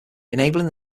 enabling